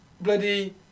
bloody